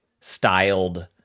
styled